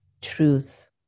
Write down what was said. truth